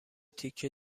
تیکه